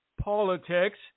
politics